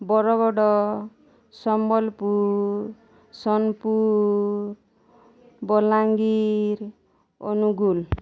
Bargarh Sambalpur Sonepur Bolangir Angul